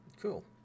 cool